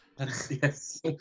yes